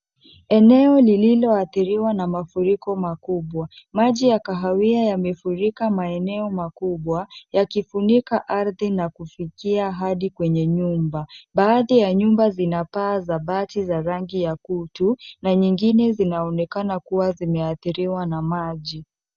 Eneo lililoathiriwa na mafuriko makubwa. Maji ya kahawia yamefurika maeneo makubwa yakifunika ardhi na kufikia hadi kwenye nyumba. Baadhi ya nyumba zina paa za bati za rangi ya kutu na nyingine zinaonekana kuwa zimeathiriwa na maji.